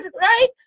right